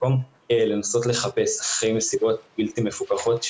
במקום לנסות לחפש אחרי מסיבות בלתי מפוקחות,